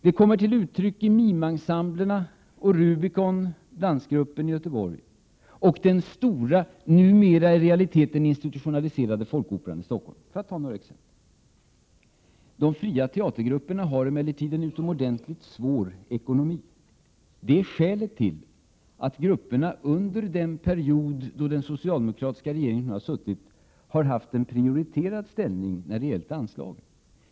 Det kommer till uttryck i mim-ensemblerna och i dansgruppen Rubicon i Göteborg och den stora, numera i realiteten institutionaliserade, Folkoperan i Stockholm, för att ta några exempel. De fria teatergrupperna har emellertid en utomordentligt svår ekonomi. Det är skälet till att dessa grupper har haft en prioriterad ställning när det gäller anslag under den period den socialdemokratiska regeringen har suttit vid makten.